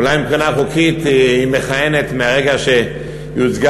אולי מבחינה חוקית היא מכהנת מרגע שהיא הוצגה